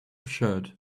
shirt